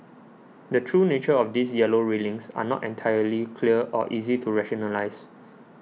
the true nature of these yellow railings are not entirely clear or easy to rationalise